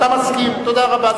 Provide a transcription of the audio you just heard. אתה מסכים, תודה רבה.